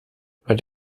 über